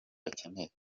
bakeneye